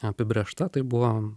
apibrėžta tai buvo